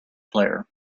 player